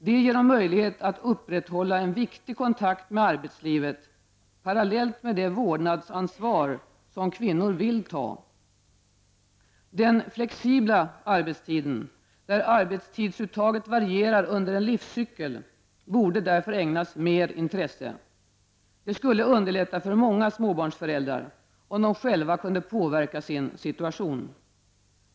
Det ger dem möjlighet att upprätthålla en viktig kontakt med arbetslivet, parallellt med det vårdnadsansvar som kvinnor vill ta. Den flexibla arbetstiden, där arbetstidsuttaget varierar under en livscykel, borde därför ägnas mer intresse. Det skulle underlätta för många småbarnsföräldrar, om de själva kunde påverka sin situation.